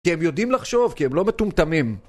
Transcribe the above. כי הם יודעים לחשוב כי הם לא מטומטמים